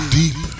deep